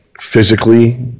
physically